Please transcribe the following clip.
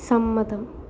സമ്മതം